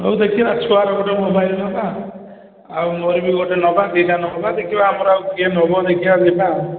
ହଉ ଦେଖିବା ଛୁଆର ଗୋଟେ ମୋବାଇଲ୍ ନେବା ଆଉ ମୋର ବି ଗୋଟେ ନେବା ଦୁଇଟା ନେବା ଦେଖିବା ଆମର ଆଉ କିଏ ନେବ ଦେଖିଆ ଦେଖିଆ